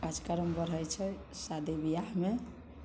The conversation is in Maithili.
कार्जक्रम बढ़ैत छै शादी बिआहमे